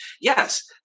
Yes